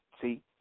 See